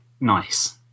nice